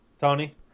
Tony